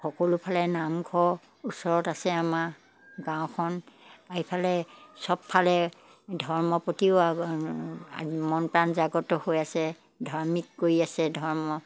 সকলোফালে নামঘৰ ওচৰত আছে আমাৰ গাঁওখন এইফালে সবফালে ধৰ্মৰ প্ৰতিও মন প্ৰাণ জাগ্ৰত হৈ আছে ধাৰ্মিক কৰি আছে ধৰ্ম